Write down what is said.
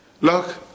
Look